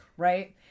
Right